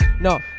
no